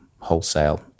wholesale